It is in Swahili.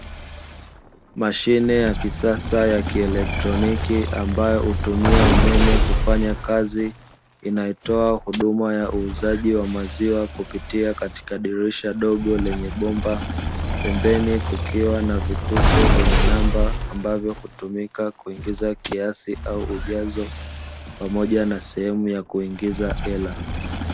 Mashine ya kisasa ya kielektroniki ambayo hutumia umeme kufanya kazi; inayotoa huduma ya uuzaji wa maziwa kupitia katika dirisha dogo lenye bomba, pembeni kukiwa na vitufe vyenye namba ambavyo hutumika kuingiza kiasi au ujazo, pamoja na sehemu ya kuingiza hela.